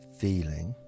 feeling